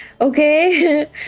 okay